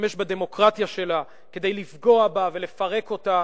להשתמש בדמוקרטיה שלה כדי לפגוע בה ולפרק אותה,